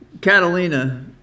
Catalina